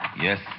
Yes